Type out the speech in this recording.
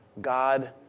God